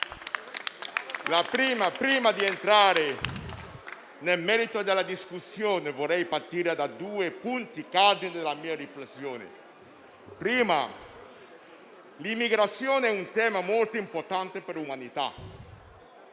Prima di entrare nel merito della discussione, vorrei partire da due punti cardine della mia riflessione. Il primo punto è l'immigrazione, un tema molto importante per l'umanità,